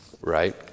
Right